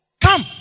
Come